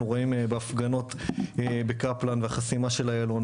רואים בהפגנות בקפלן והחסימה של איילון.